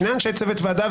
שני אנשי צוות ועדה,